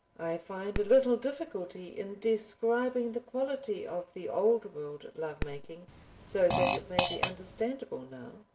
i find a little difficulty in describing the quality of the old-world love-making so that it may be understandable now.